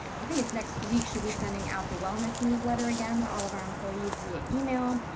i think it's next week she'll be sending out the wellness newsletter again to all of our employees via email.